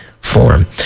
form